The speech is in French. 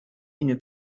une